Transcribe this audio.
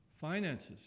finances